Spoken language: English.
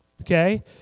Okay